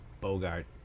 Bogart